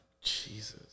Jesus